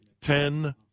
Ten